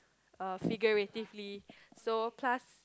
uh figuratively so plus